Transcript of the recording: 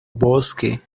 bosque